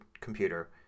computer